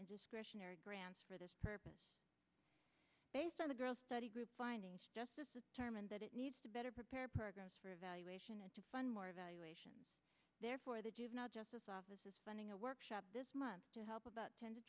discretionary grants for this purpose based on the girl's study group finding justice is determined that it needs to better prepare programs for evaluation and to fund more evaluation therefore the juvenile justice office is funding a workshop this month to help about ten to